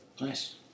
Nice